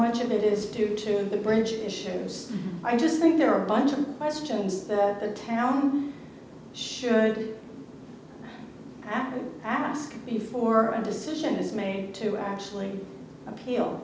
much of it is due to the bridge issues i just think there are a bunch of questions that the town should ask before an decision is made to actually appeal